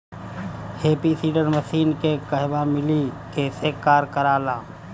Happy seeder machine के कहवा मिली कैसे कार कर ला?